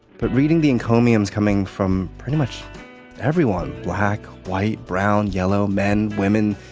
but reading the encomiums coming from pretty much everyone black, white, brown, yellow, men, women,